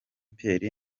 pierre